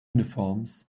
uniforms